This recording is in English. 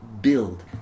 build